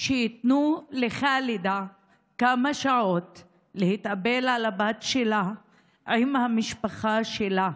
שייתנו לח'אלדה כמה שעות להתאבל על הבת שלה עם המשפחה שלה.